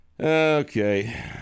Okay